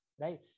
right